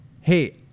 hey